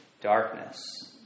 darkness